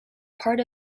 part